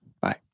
Bye